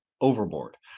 overboard